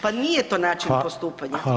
Pa nije to način postupanja.